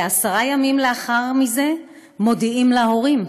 ועשרה ימים לאחר מזה מודיעים להורים";